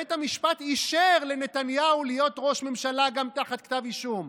בית המשפט אישר לנתניהו להיות ראש ממשלה גם תחת כתב אישום.